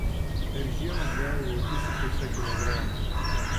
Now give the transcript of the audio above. per žiemą priaugau du su puse kilogramo